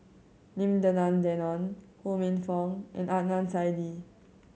Lim Denan Denon Ho Minfong and Adnan Saidi